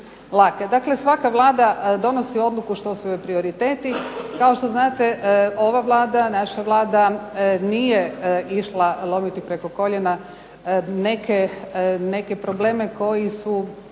Dakle, svaka Vlada donosi odluku što su joj prioriteti. Kao što znate, ova Vlada, naša Vlada nije išla lomiti preko koljena neke probleme koji su